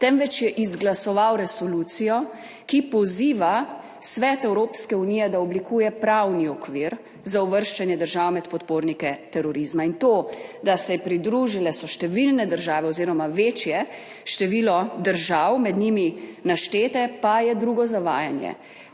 temveč je izglasoval resolucijo, ki poziva Svet Evropske unije, da oblikuje pravni okvir za uvrščanje držav med podpornike terorizma. In to, da so se pridružile številne države oziroma večje število držav med njimi naštete, pa je drugo zavajanje.